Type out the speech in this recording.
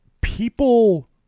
People